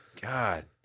God